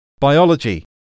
biology